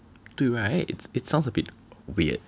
对 right it sounds a bit weird